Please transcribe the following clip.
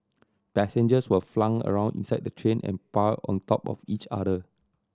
passengers were flung around inside the train and piled on top of each other